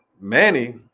Manny